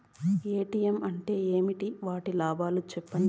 ATM అంటే ఏమి? వాటి లాభాలు సెప్పండి